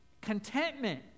Contentment